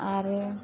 आरो